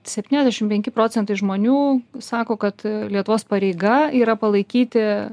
septyniasdešim penki procentai žmonių sako kad lietuvos pareiga yra palaikyti